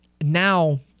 Now